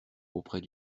auprès